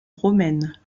romaine